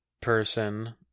person